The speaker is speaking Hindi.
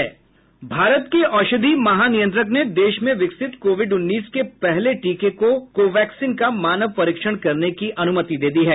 भारत के औषधि महानियंत्रक ने देश में विकसित कोविड उन्नीस के पहले टीके कोवैक्सीन का मानव परीक्षण करने की अनुमति दे दी है